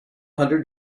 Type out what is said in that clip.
hundred